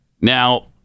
Now